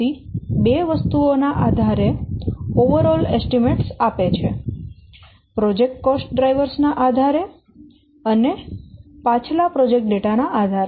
આ પદ્ધતિ બે વસ્તુઓના આધારે એકંદર અંદાજો આપે છે પ્રોજેક્ટ કોસ્ટ ડ્રાઈવર્સ ના આધારે અને પાછલા પ્રોજેક્ટ ડેટા ના આધારે